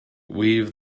weave